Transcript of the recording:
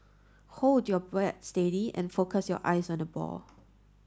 hold your bat steady and focus your eyes on the ball